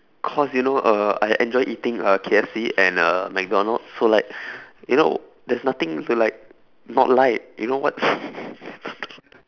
cause you know uh I enjoy eating uh K_F_C and uh mcdonalds so like you know there is nothing to like not like you know what